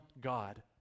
God